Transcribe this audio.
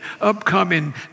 upcoming